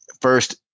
first